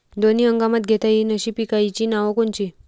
दोनी हंगामात घेता येईन अशा पिकाइची नावं कोनची?